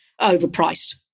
overpriced